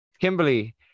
kimberly